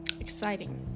exciting